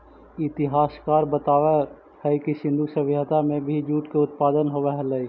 इतिहासकार बतलावऽ हई कि सिन्धु सभ्यता में भी जूट के उत्पादन होवऽ हलई